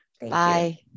Bye